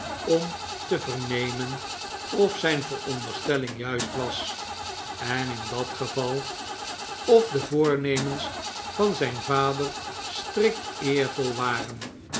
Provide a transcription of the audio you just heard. om te vernemen of zjn veronderstelling juist was en in dat geval of de voornemens van zyn vader strikt eervol waren